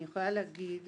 אני יכולה להגיד